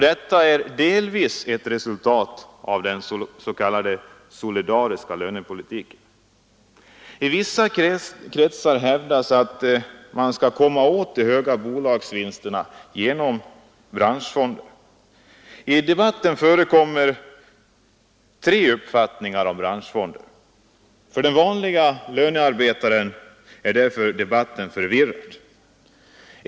Detta är delvis ett resultat av den s.k. solidariska lönepolitiken. I vissa kretsar hävdas att man skall komma åt de höga bolagsvinsterna genom branschfonder. I debatten förekommer tre uppfattningar om branschfonder. För den vanlige lönarbetaren är därför debatten förvirrad.